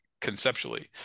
conceptually